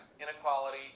inequality